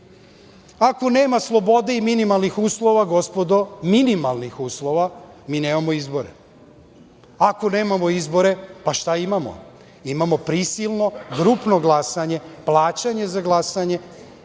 bih. Ako nema slobode i minimalnih uslova, gospodo, minimalnih uslova, mi nemamo izbore. Ako nemamo izbore, pa, šta imamo. Imamo prisilno, grupno glasanje, plaćanje za glasanje,